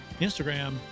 Instagram